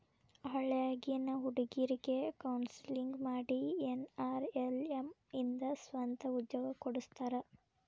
ಹಳ್ಳ್ಯಾಗಿನ್ ಹುಡುಗ್ರಿಗೆ ಕೋನ್ಸೆಲ್ಲಿಂಗ್ ಮಾಡಿ ಎನ್.ಆರ್.ಎಲ್.ಎಂ ಇಂದ ಸ್ವಂತ ಉದ್ಯೋಗ ಕೊಡಸ್ತಾರ